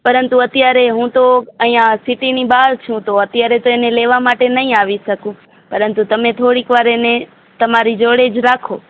પરંતુ અત્યારે હું તો અહીંયા સિટીની બહાર છું તો અત્યારે તો એને લેવા માટે નહીં આવી શકું પરંતુ તમે થોડીક વાર એને તમારી જોડે જ રાખો